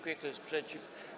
Kto jest przeciw?